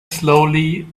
slowly